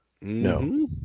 No